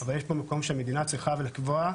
אבל יש פה מקום שהמדינה צריכה לקבוע,